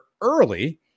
early